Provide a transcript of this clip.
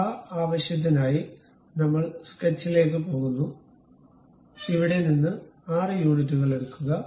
അതിനാൽ ആ ആവശ്യത്തിനായി നമ്മൾ സ്കെച്ചിലേക്ക് പോകുന്നു ഇവിടെ നിന്ന് 6 യൂണിറ്റുകൾ എടുക്കുക